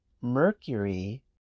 Mercury